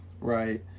right